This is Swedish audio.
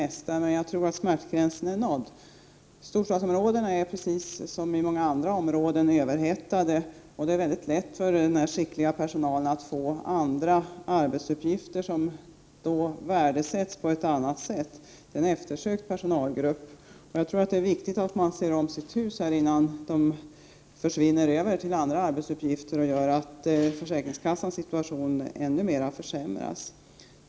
Det är alldeles riktigt. Jag tror dock att smärtgränsen är nådd. Storstadsområdena är, liksom många andra områden, överhettade, och det är lätt för försäkringskassans skickliga personal att få andra arbetsuppgifter som värdesätts på ett annat sätt. Det är en eftersökt personalgrupp. Jag tror att det är viktigt att man ser om sitt hus innan personalen försvinner över till andra arbetsuppgifter, vilket gör att försäkringskassans situation försämras ännu mer.